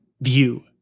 view